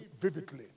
vividly